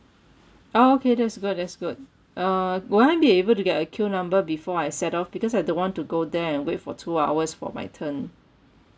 orh okay that's good that's good uh will I be able to get a queue number before I set off because I don't want to go there and wait for two hours for my turn